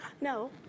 No